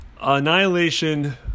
Annihilation